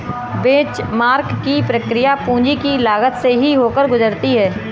benchmark की प्रक्रिया पूंजी की लागत से ही होकर गुजरती है